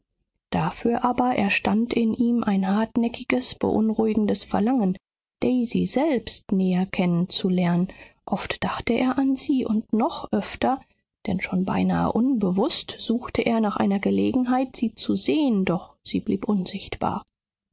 dafür aber erstand in ihm ein hartnäckiges beunruhigendes verlangen daisy selbst näher kennen zu lernen oft dachte er an sie und noch öfter denn schon beinahe unbewußt suchte er nach einer gelegenheit sie zu sehen doch sie blieb unsichtbar